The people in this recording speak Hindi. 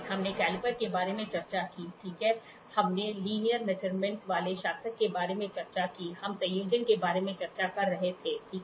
हमने कैलिपर के बारे में चर्चा की ठीक है हमनेलिनियर मेजरमेंटने वाले शासक के बारे में चर्चा की हम संयोजन के बारे में चर्चा कर रहे थे ठीक है